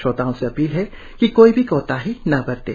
श्रोताओं से अपील है कि कोई भी कोताही न बरतें